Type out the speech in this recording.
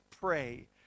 pray